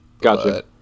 Gotcha